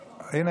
הינה,